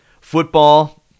Football